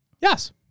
Yes